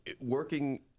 working